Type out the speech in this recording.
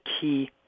key